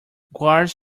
guards